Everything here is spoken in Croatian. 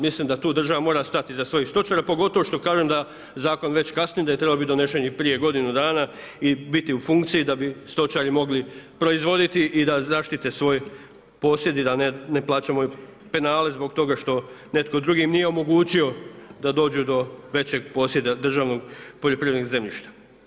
Mislim da tu država mora stat iza svojih stočara pogotovo što kažem da zakon već kasni i da je trebao biti donesen i prije godinu dana i biti u funkciji da bi stočari mogli proizvoditi i da zaštite svoj posjed i da ne plaćamo penale zbog toga što netko drugi im nije omogućio da dođu do većeg posjeda državnog poljoprivrednog zemljišta.